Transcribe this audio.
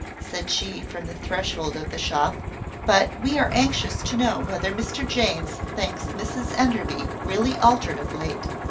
said she, from the threshold of the shop but we are anxious to know whether mr james thinks mrs enderby really altered of late.